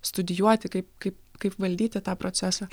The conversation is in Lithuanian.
studijuoti kaip kaip kaip valdyti tą procesą